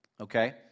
okay